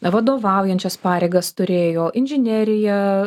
vadovaujančias pareigas turėjo inžinerija